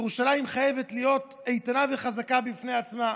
ירושלים חייבת להיות איתנה וחזקה בפני עצמה,